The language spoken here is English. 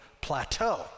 plateau